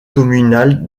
communal